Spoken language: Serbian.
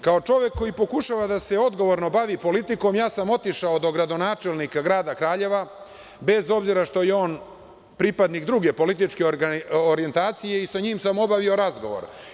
Kao čovek koji pokušava da se odgovorno bavi politikom, otišao sam do gradonačelnika grada Kraljeva, bez obzira što je on pripadnik druge političke orjentacije, i sa njim sam obavio razgovor.